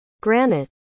granite